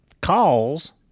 calls